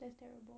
that's terrible